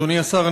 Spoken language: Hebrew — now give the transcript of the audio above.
אדוני השר,